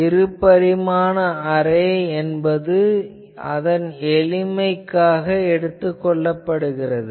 இரு பரிமாண அரே என்பது அதன் எளிமைக்காக எடுத்துக் கொள்ளப்படுகிறது